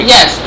Yes